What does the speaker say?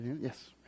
yes